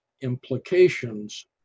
implications